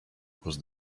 was